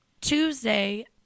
Tuesday